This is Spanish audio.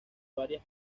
varias